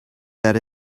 that